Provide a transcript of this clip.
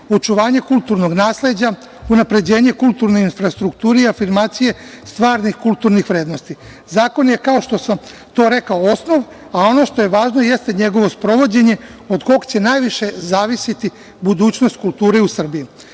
očuvanja kulturnog nasleđa, unapređenje kulturne infrastrukture i afirmacije stvarnih kulturnih vrednosti. Zakon je kao što sam to rekao, osnov, a ono što je važno, jeste njegovo sprovođenje od kog će najviše zavisiti budućnost kulture u Srbiji. Druga